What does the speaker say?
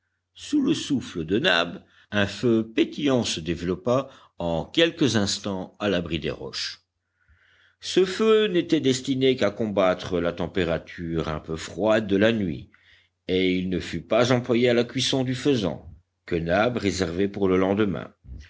sous le souffle de nab un feu pétillant se développa en quelques instants à l'abri des roches ce feu n'était destiné qu'à combattre la température un peu froide de la nuit et il ne fut pas employé à la cuisson du faisan que nab réservait pour le lendemain